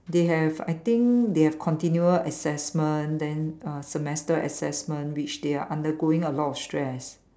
they have I think they have continual assessment then uh semester assessment which they are undergoing a lot of stress